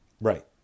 right